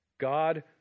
God